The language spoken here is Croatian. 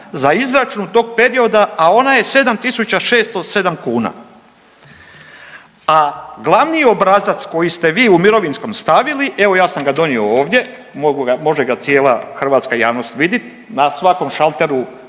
za izračun tog perioda, a ona je 7607 kuna. A glavni obrazac koji ste vi u mirovinskom stavili, evo, ja sam ga donio ovdje, može ga cijela hrvatska javnost vidit, na svakom šalteru